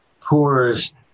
poorest